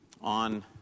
on